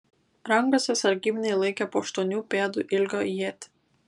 rankose sargybiniai laikė po aštuonių pėdų ilgio ietį